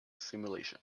simulation